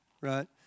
right